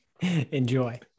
Enjoy